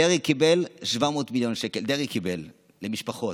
דרעי קיבל 700 מיליון שקל, דרעי קיבל, למשפחות,